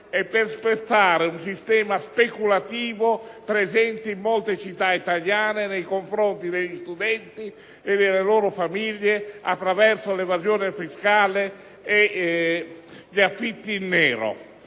per spezzare un sistema speculativo presente in molte citta italiane nei confronti degli studenti e delle loro famiglie attraverso l’evasione fiscale e gli affitti in nero,